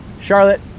Charlotte